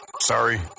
Sorry